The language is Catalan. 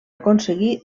aconseguir